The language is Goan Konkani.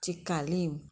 चिकालीम